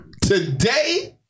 today